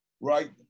right